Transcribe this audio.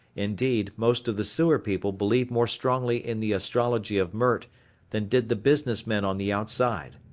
indeed, most of the sewer people believed more strongly in the astrology of mert than did the business men on the outside.